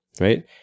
right